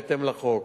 בהתאם לחוק.